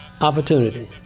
opportunity